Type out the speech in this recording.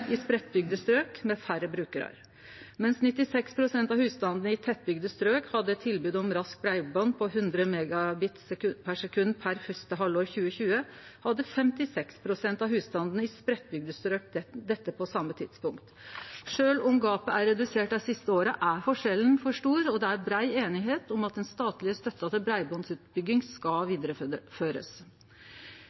i spreitt bygde strøk, med færre brukarar. Mens 96 pst. av husstandane i tettbygde strøk hadde tilbod om raskt breiband på 100 Mbit/s per første halvår 2020, hadde 56 pst. av husstandane i spreitt bygde strøk dette på same tidpunkt. Sjølv om gapet er redusert dei siste åra, er forskjellen for stor, og det er brei einigheit om at den statlege støtta til breibandsutbygging skal